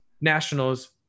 Nationals